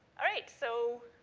all right. so,